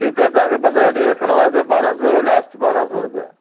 ठीकु आहे तव्हांखे पंदरहां ॾींहं रखिणो आहे त ॿारहां सौ लास्ट ॿारहां सौ रुपया